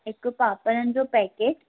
हिकु पापड़नि जो पैकेट